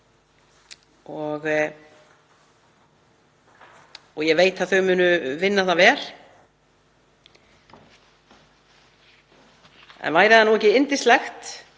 og ég veit að hún mun vinna það vel. En væri það ekki yndislegt